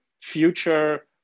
future